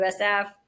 USF